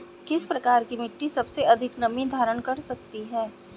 किस प्रकार की मिट्टी सबसे अधिक नमी धारण कर सकती है?